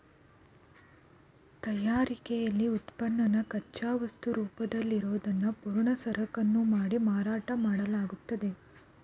ತಯಾರಿಕೆಲಿ ಉತ್ಪನ್ನನ ಕಚ್ಚಾವಸ್ತು ರೂಪದಲ್ಲಿರೋದ್ನ ಪೂರ್ಣ ಸರಕನ್ನು ಮಾಡಿ ಮಾರಾಟ ಮಾಡ್ಲಾಗ್ತದೆ